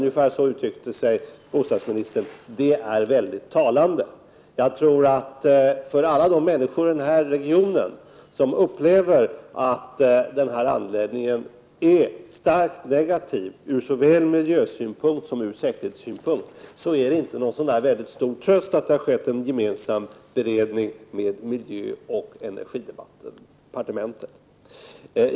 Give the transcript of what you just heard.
Ungefär så uttalade sig ju bostadsministern. Detta är väldigt talande. För alla människor i Stockholmsregionen som upplever anläggningen starkt negativt såväl ur miljösynpunkt som ur säkerhetssynpunkt är det ju inte någon särskilt stor tröst att det har skett en gemensam beredning med miljöoch energidepartementet.